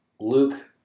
Luke